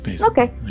Okay